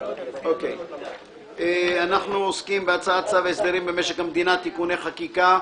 אנחנו עוסקים בהצעת צו הסדרים במשק המדינה (תיקוני חקיקה)